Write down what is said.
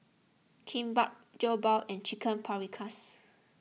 Kimbap Jokbal and Chicken Paprikas